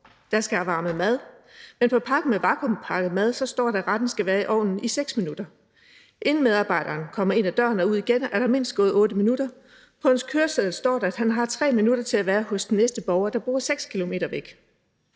der skal have varmet mad. Men på pakken med vacuumpakket mad står der, at retten skal være i ovnen i 6 minutter. Inden medarbejderen kommer ind ad døren og ud igen, er der mindst gået 8 minutter. På hans køreseddel står der, at han har 3 minutter til at være hos den næste borger, der bor 6 km væk.